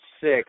six